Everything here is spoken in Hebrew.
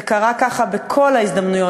זה קרה ככה בכל ההזדמנויות,